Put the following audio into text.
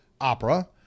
opera